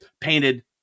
painted